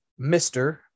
Mr